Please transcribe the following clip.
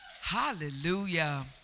Hallelujah